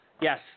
Yes